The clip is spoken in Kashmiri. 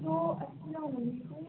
ہیٚلو اسلام علیکُم